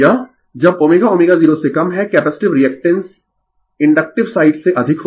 जब ω ω0 से कम है कैपेसिटिव रीएक्टेन्स इंडक्टिव साइड से अधिक होता है